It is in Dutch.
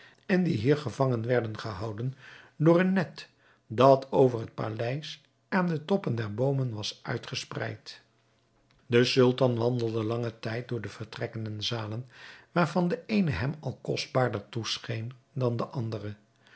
en die hier gevangen werden gehouden door een net dat over het paleis en de toppen der boomen was uitgespreid de sultan wandelde langen tijd door vertrekken en zalen waarvan de eene hem al kostbaarder toescheen dan de andere